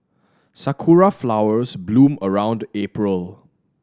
sakura flowers bloom around April